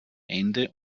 ende